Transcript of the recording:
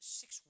six